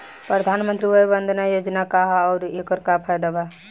प्रधानमंत्री वय वन्दना योजना का ह आउर एकर का फायदा बा?